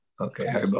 Okay